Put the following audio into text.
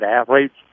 athletes